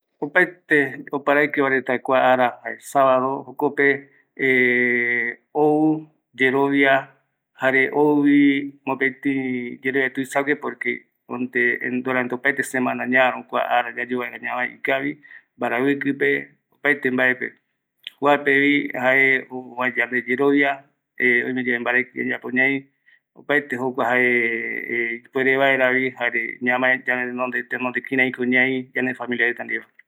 Arapi pe mako jokua iyapi pe ko se jae seyeipe taraja añae kua jaea iyapi oi mbaraiki jaema se puere oipotague amonde ipuere mbaenunga ipara para va iyu jovi ndie va.